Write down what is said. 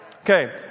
Okay